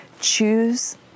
choose